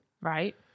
right